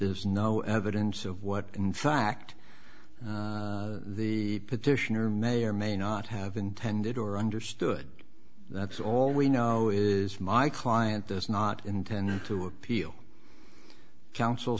there's no evidence of what in fact the petitioner may or may not have intended or understood that's all we know is my client does not intend to appeal counsel